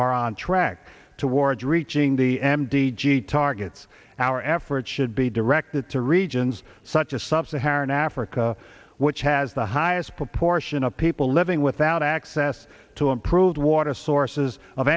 are on track towards reaching the m d g targets our efforts should be directed to regions such as subsaharan africa which has the highest proportion of people living without access to improved water sources of